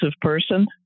person